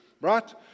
Right